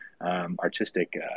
artistic